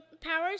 powers